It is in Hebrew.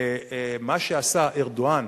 מה שעשה ארדואן